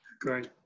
Great